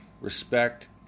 respect